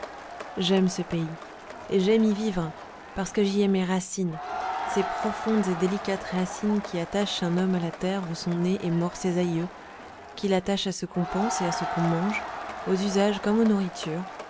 j'aime ce pays et j'aime y vivre parce que j'y ai mes racines ces profondes et délicates racines qui attachent un homme à la terre où sont nés et morts ses aïeux qui l'attachent à ce qu'on pense et à ce qu'on mange aux usages comme aux nourritures